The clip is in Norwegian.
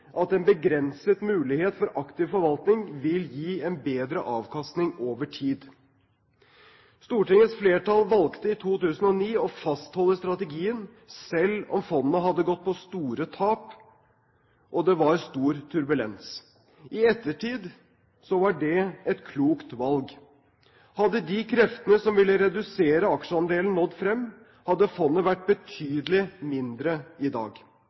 at en begrenset mulighet for aktiv forvaltning vil gi en bedre avkastning over tid. Stortingets flertall valgte i 2009 å fastholde strategien, selv om fondet hadde gått på store tap og det var stor turbulens. I ettertid var det et klokt valg. Hadde de kreftene som ville redusere aksjeandelen, nådd frem, hadde fondet vært betydelig mindre i dag.